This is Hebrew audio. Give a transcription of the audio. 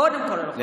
קודם כול הלוחמים.